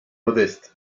modeste